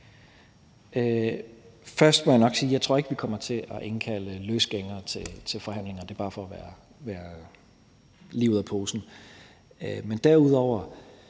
Først må jeg nok sige, at jeg ikke tror, vi kommer til at indkalde løsgængere til forhandlinger. Det er bare for at være lige ud af posen.